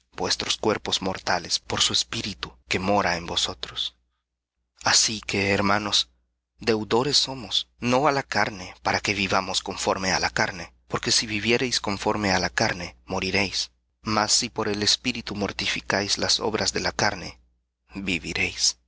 vuestros cuerpos mortales por su espíritu que mora en vosotros así que hermanos deudores somos no á la carne para que vivamos conforme á la carne porque si viviereis conforme á la carne moriréis mas si por el espíritu mortificáis las obras de la carne viviréis